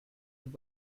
and